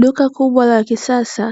Duka kubwa la kisasa